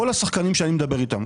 כל השחקנים שאני מדבר איתם.